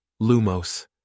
Lumos